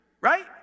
right